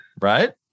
Right